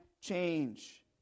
change